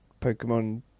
Pokemon